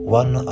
one